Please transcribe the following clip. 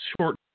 short